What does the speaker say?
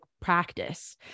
practice